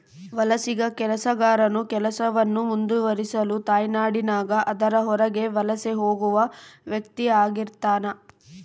ವಲಸಿಗ ಕೆಲಸಗಾರನು ಕೆಲಸವನ್ನು ಮುಂದುವರಿಸಲು ತಾಯ್ನಾಡಿನಾಗ ಅದರ ಹೊರಗೆ ವಲಸೆ ಹೋಗುವ ವ್ಯಕ್ತಿಆಗಿರ್ತಾನ